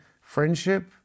friendship